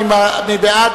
מי בעד?